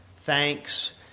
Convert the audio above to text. thanks